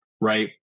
right